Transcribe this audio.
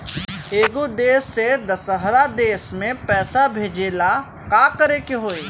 एगो देश से दशहरा देश मे पैसा भेजे ला का करेके होई?